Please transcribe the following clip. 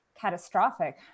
catastrophic